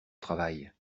travail